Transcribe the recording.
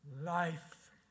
life